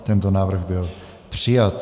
Tento návrh byl přijat.